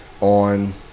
on